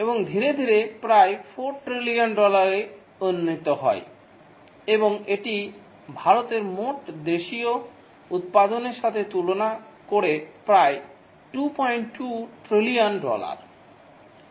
এবং ধীরে ধীরে প্রায় ৪ ট্রিলিয়ন ডলারে উন্নীত হয় এবং এটি ভারতের মোট দেশীয় উৎপাদনের সাথে তুলনা করে প্রায় 22 ট্রিলিয়ন ডলার